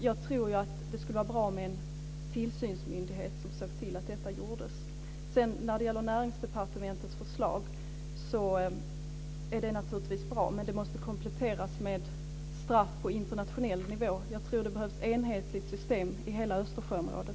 Jag tror att det skulle vara bra med en tillsynsmyndighet som såg till att detta gjordes. Näringsdepartementets förslag är naturligtvis bra, men det måste kompletteras med straff på internationell nivå. Jag tror att det behövs ett enhetligt system i hela Östersjöområdet.